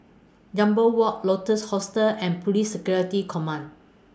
Jambol Walk Lotus Hostel and Police Security Command